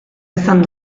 izan